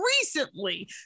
recently